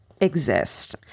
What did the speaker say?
exist